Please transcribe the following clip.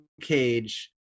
cage